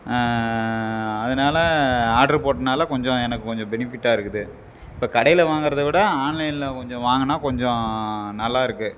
அதனால் ஆட்ரு போட்டனால கொஞ்சம் எனக்குக் கொஞ்சம் பெனிஃபிட்டாக இருக்குது இப்போ கடையில் வாங்கிறத விட ஆன்லைன்ல கொஞ்சம் வாங்கினா கொஞ்சம் நல்லாருக்குது